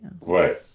Right